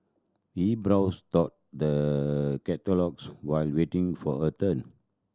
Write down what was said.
she browsed through the catalogues while waiting for her turn